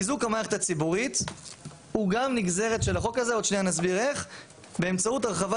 חיזוק המערכת הציבורית הוא גם נגזרת של החוק הזה באמצעות הרחבת